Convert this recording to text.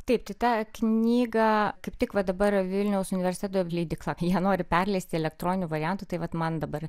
taip šitą knygą kaip tik va dabar vilniaus universiteto leidykla nenori perleisti elektroniniu variantu tai vat man dabar